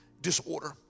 disorder